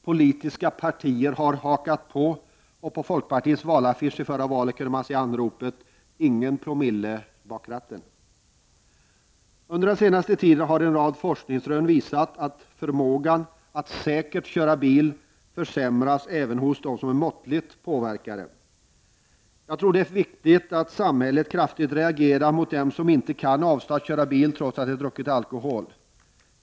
Politiska partier hakade på, och på folkpartiets valaffischer i förra valet kunde man se anropet ”Ingen promille bakom ratten”. Under den senaste tiden har en rad forskningsrön visat hur förmågan att säkert köra bil försämras även hos måttligt påverkade. Jag tror det är viktigt att samhället kraftigt reagerar mot dem som inte kan avstå att köra bil trots att de druckit alkohol.